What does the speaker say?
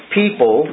people